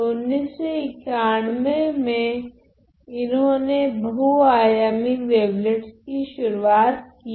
तो 1991 में इन्होने बहू आयामी वेवलेट्स कि शुरुआत कि